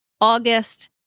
August